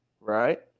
right